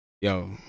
Yo